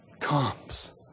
comes